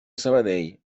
sabadell